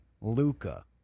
Luca